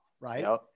right